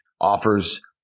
offers